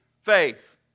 faith